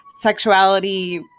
sexuality